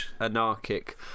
anarchic